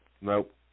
Nope